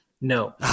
No